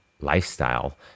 lifestyle